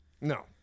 No